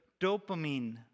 dopamine